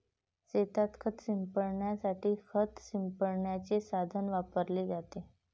शेतात खत शिंपडण्यासाठी खत शिंपडण्याचे साधन वापरले जाते